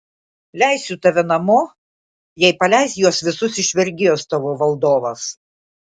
leisiu tave namo jei paleis juos visus iš vergijos tavo valdovas